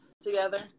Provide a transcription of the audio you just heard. together